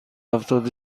هفتاد